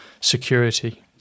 security